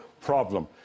problem